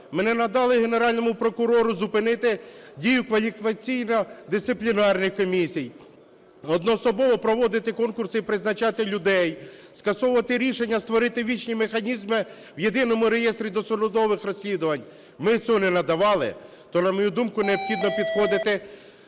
Ми не надали Генеральному прокурору зупинити дію кваліфікаційно-дисциплінарних комісій, одноособово проводити конкурси і призначати людей, скасовувати рішення, створити вічні механізмі в Єдиному реєстрі досудових розслідувань? Ми цього не надавали? То, на мою думку, необхідно підходити